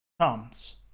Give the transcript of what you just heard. comes